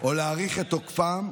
או להאריך את תוקפם,